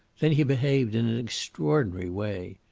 then he behaved in an extraordinary way.